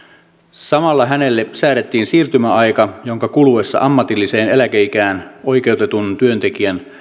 samalla hänelle säädettiin siirtymäaika jonka kuluessa ammatilliseen eläkeikään oikeutetun työntekijän